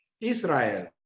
Israel